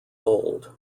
old